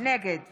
נגד